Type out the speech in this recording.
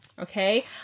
Okay